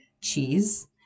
cheese